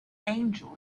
angel